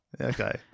Okay